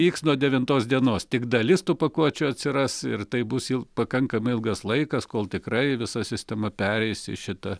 vyks nuo devintos dienos tik dalis tų pakuočių atsiras ir tai bus jau pakankamai ilgas laikas kol tikrai visa sistema pereis į šitą